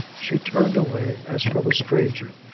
she turned away as from a stranger,